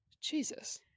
jesus